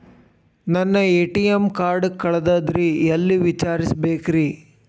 ನನ್ನ ATM card ಕಳದದ್ರಿ ಎಲ್ಲಿ ವಿಚಾರಿಸ್ಬೇಕ್ರಿ?